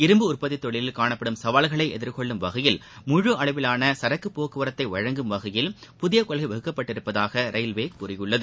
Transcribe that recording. இரும்பு உற்பத்தி தொழிலில் காணப்படும் சவால்களை எதிர்கொள்ளும் வகையில் முழு அளவிவாள சரக்கு போக்குவரத்தை வழங்கும் வகையில் புதிய கொள்கை வகுக்கப்பட்டுள்ளதாக ரயில்வே கூறியுள்ளது